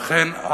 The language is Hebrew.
לכן,